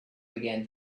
began